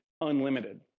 unlimited